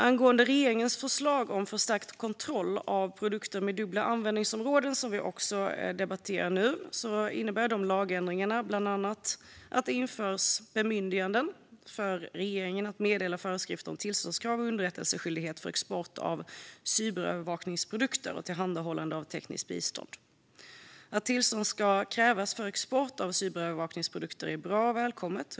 Angående regeringens förslag om förstärkt kontroll av produkter med dubbla användningsområden, som vi debatterar nu, innebär lagändringarna bland annat att det införs bemyndiganden för regeringen att meddela föreskrifter om tillståndskrav och underrättelseskyldighet för export av cyberövervakningsprodukter och tillhandahållande av tekniskt bistånd. Att tillstånd ska krävas för export av cyberövervakningsprodukter är bra och välkommet.